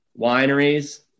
wineries